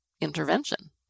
intervention